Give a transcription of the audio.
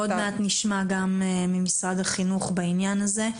אנחנו עוד מעט נשמע גם ממשרד החינוך בעניין הזה.